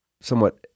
somewhat